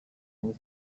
yang